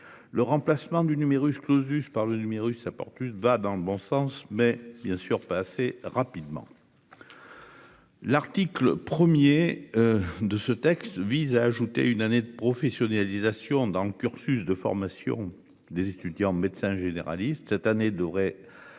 Le remplacement du numerus clausus par le numerus apporte va dans le bon sens, mais bien sûr pas assez rapidement. L'article 1er. De ce texte vise à ajouter une année de professionnalisation dans le cursus de formation des étudiants médecins généralistes cette année devrait